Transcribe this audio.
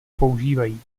používají